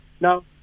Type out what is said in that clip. Now